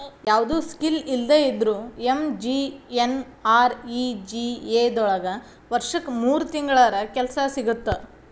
ಯಾವ್ದು ಸ್ಕಿಲ್ ಇಲ್ದೆ ಇದ್ರೂ ಎಂ.ಜಿ.ಎನ್.ಆರ್.ಇ.ಜಿ.ಎ ದೊಳಗ ವರ್ಷಕ್ ಮೂರ್ ತಿಂಗಳರ ಕೆಲ್ಸ ಸಿಗತ್ತ